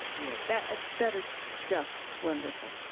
yeah that that is just wonderful.